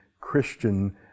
Christian